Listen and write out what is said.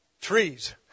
trees